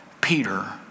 Peter